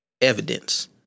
evidence